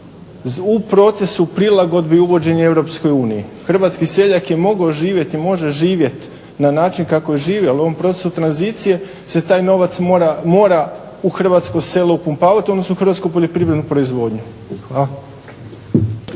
u procesu prilagodbe i uvođenja Europskoj uniji. Hrvatski seljak je mogao živjeti i može živjeti na način kako živi, ali u ovom procesu tranzicije se taj novac mora u hrvatsko selo upumpavat, odnosno u hrvatsku poljoprivrednu proizvodnju.